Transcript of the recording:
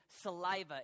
saliva